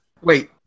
Wait